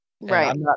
Right